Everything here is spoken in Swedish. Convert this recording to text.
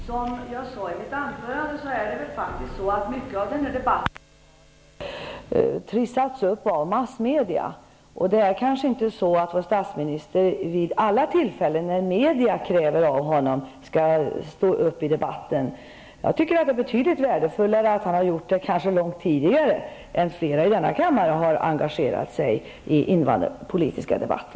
Herr talman! Som jag sade i mitt anförande har väl mycket i denna debatt trissats upp av massmedia. Vår statsminister kanske inte vid alla tillfällen när media kräver det av honom skall stå upp i debatten. Jag tycker att det är betydligt mer värdefullt att han har engagerat sig i den invandrarpolitiska debatten kanske långt tidigare än flera andra i denna kammare.